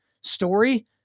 story